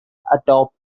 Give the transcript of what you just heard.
atop